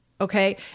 Okay